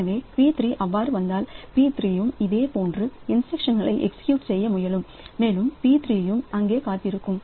எனவே P3 அவ்வாறு வந்தால் P3 இதேபோன்ற இன்ஸ்டிரக்ஷன் எக்ஸிகியூட் செய்யமுயலும் மேலும் P3 யும் அங்கே காத்திருக்கும்